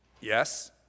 yes